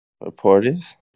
Reporters